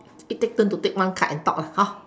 quickly take turn to take one card and talk ah hor